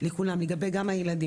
גם לגבי הילדים.